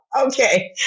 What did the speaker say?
okay